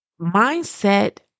mindset